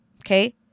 Okay